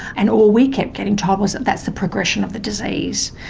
and all we kept getting told was that that's the progression of the disease,